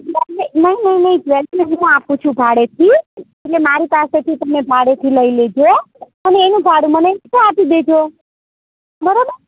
નહીં નહીં નહીં ઘેરથી હું આપું છું ભાડેથી એટલે મારી પાસેથી તમે ભાડેથી લઇ લેજો અને એનું ભાડું મને એકસ્ટ્રા આપી દેજો બરાબર